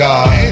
God